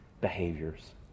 behaviors